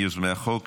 מיוזמי החוק,